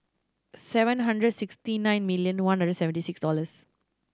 seven hundred sixty nine million one hundred seventy six dollors